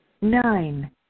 Nine